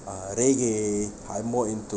uh reggae I'm more into